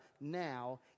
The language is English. now